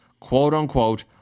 quote-unquote